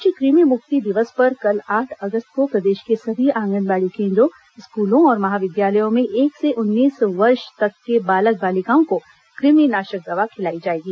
राष्ट्रीय कृमि मुक्ति दिवस पर कल आठ अगस्त को प्रदेश के सभी आंगनबाड़ी केन्द्रों स्कूलों और महाविद्यालयों में एक से उन्नीस वर्ष तक के बालक बालिकाओं को कृमिनाशक दवा खिलाई जाएगी